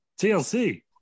TLC